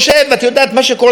מה שקורה אצלנו,